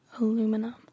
aluminum